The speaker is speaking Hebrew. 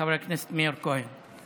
חבר הכנסת מאיר כהן.